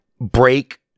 break